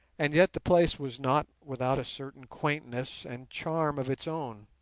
and yet the place was not without a certain quaintness and charm of its own,